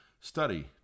study